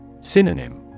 Synonym